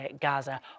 Gaza